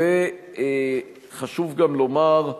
וחשוב גם לומר,